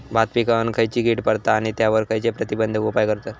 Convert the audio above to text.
भात पिकांवर खैयची कीड पडता आणि त्यावर खैयचे प्रतिबंधक उपाय करतत?